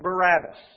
Barabbas